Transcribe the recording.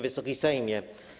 Wysoki Sejmie!